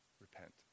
Repent